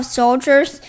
soldiers